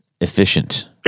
efficient